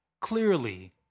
clearly